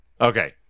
Okay